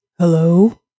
Hello